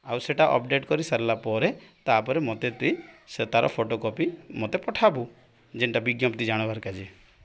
ଆଉ ସେଇଟା ଅପଡେଟ୍ କରିସାରିଲା ପରେ ତାପରେ ମୋତେ ତୁଇ ସେତାର ଫଟୋକପି ମତେ ପଠାବୁ ଯେନ୍ଟା ବିଜ୍ଞପ୍ତି ଜାଣବାର୍ କାଜି